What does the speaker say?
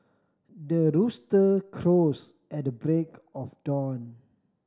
the rooster crows at the break of dawn